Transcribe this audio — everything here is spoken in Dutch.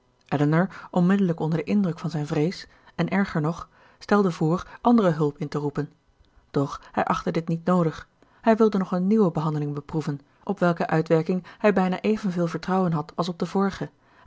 elinor onmiddellijk onder den indruk van zijn vrees en erger nog stelde voor andere hulp in te roepen doch hij achtte dit niet noodig hij wilde nog een nieuwe behandeling beproeven op welke uitwerking hij bijna evenveel vertrouwen had als op de vorige